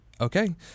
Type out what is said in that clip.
Okay